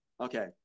Okay